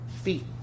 feet